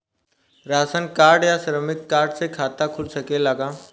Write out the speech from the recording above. Ration card या श्रमिक card से खाता खुल सकेला का?